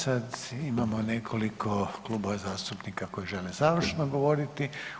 Sad imamo nekoliko klubova zastupnika koji žele završno govoriti.